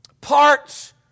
parts